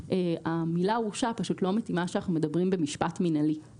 המילה "הורשע" לא מתאימה כאשר אנחנו מדברים במשפט מינהלי.